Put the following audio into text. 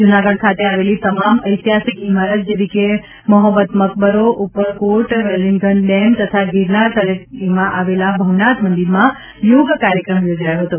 જૂનાગઢ ખાતે આવેલી તમામ ઐતિહાસિક ઇમારત જેવી કે મહોબત મકબરો ઉપરકોટ વેલિંગડન ડેમ તથા ગિરનાર તળેટીમાં આવેલા ભવનાથ મંદિરમાં યોગ કાર્યક્રમ યોજાયો હતો